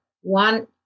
one